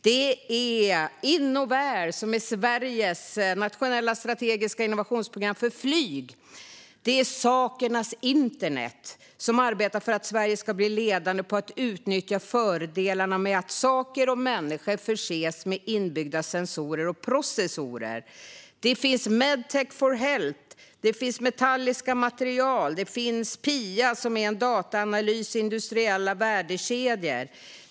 Det är Innovair, som är Sveriges nationella strategiska innovationsprogram för flyg. Det är Sakernas internet, som arbetar för att Sverige ska bli ledande i att utnyttja fördelarna med att saker och människor förses med inbyggda sensorer och processorer. Det är Medtech4health. Det är Metalliska material. Det är Piia, som handlar om dataanalys i industriella värdekedjor.